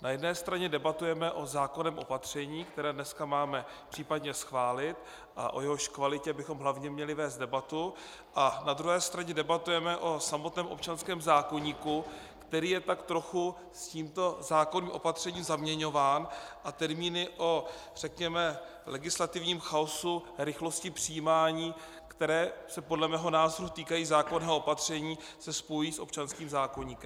Na jedné straně debatujeme o zákonném opatření, které dneska máme případně schválit a o jehož kvalitě bychom hlavně měli vést debatu, a na druhé straně debatujeme o samotném občanském zákoníku, který je tak trochu s tímto zákonným opatřením zaměňován, a termíny o řekněme legislativním chaosu, rychlosti přijímání, které se podle mého názoru týkají zákonného opatření, se spojují s občanským zákoníkem.